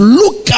look